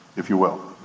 if you will.